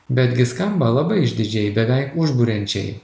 betgi skamba labai išdidžiai beveik užburiančiai